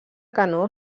canó